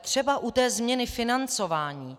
Třeba u té změny financování.